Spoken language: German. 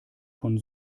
von